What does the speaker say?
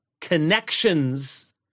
connections